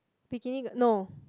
bikini gir~ no